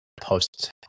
post